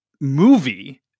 movie